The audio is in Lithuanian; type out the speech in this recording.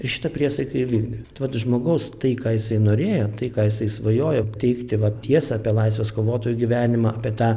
ir šitą priesaiką įvykdė tai vat žmogaus tai ką jisai norėjo tai ką jisai svajojo teikti va tiesą apie laisvės kovotojų gyvenimą apie tą